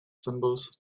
symbols